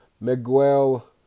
Miguel